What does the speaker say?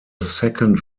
second